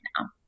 now